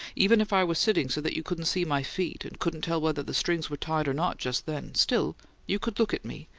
even if i were sitting so that you couldn't see my feet, and couldn't tell whether the strings were tied or not just then, still you could look at me,